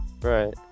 Right